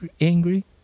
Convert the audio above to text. angry